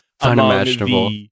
unimaginable